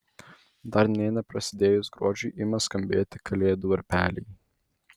dar nė neprasidėjus gruodžiui ima skambėti kalėdų varpeliai